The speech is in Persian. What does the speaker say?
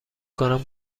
کنم